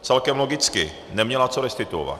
Celkem logicky, neměla co restituovat.